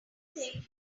everything